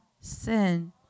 sin